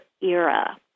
era